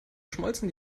schmolzen